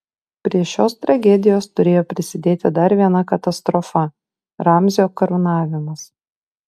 prie šios tragedijos turėjo prisidėti dar viena katastrofa ramzio karūnavimas